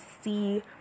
see